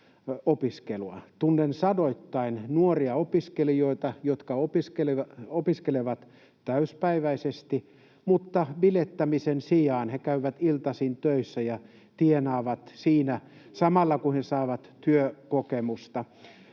Tunnen sadoittain nuoria opiskelijoita, jotka opiskelevat täyspäiväisesti, mutta bilettämisen sijaan he käyvät iltaisin töissä ja tienaavat siinä samalla, kun he saavat työkokemusta.